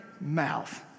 mouth